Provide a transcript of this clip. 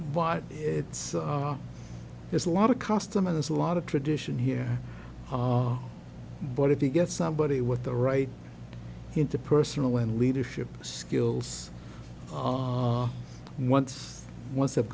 but it's just a lot of customers a lot of tradition here but if you get somebody with the right into personal and leadership skills and once ones have